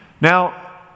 Now